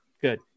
Good